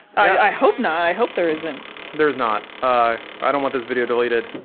i hope not i hope there isn't there's not ah i don't want this video deleted.